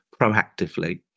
proactively